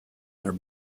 their